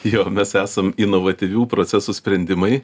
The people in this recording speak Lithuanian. jo mes esam inovatyvių procesų sprendimai